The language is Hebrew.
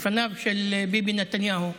לפניו של ביבי נתניהו,